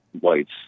whites